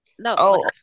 No